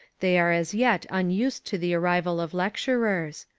they are as yet unused to the arrival of lecturers.